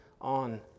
on